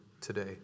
today